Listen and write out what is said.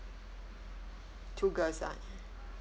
two girls ah